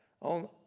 on